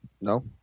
No